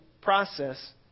process